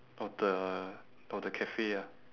of the of the cafe ah